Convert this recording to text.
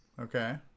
Okay